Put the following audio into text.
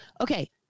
Okay